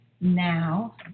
now